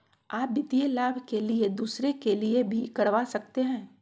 आ वित्तीय लाभ के लिए दूसरे के लिए भी करवा सकते हैं?